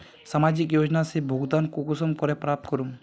सामाजिक योजना से भुगतान कुंसम करे प्राप्त करूम?